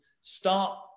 start